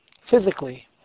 physically